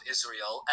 Israel